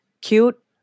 cute